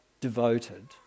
devoted